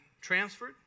transferred